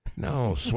No